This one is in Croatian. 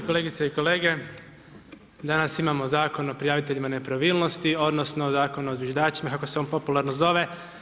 Kolegice i kolege, danas imamo Zakon o prijaviteljima nepravilnosti donosno Zakon o zviždačima, kako se on popularno zove.